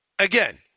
Again